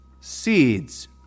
seeds